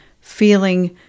feeling